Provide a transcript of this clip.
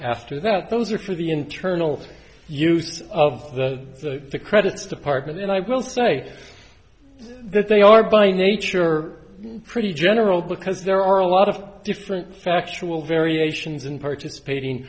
that those are for the internal use of the credits department and i will say that they are by nature pretty general because there are a lot of different factual variations in participating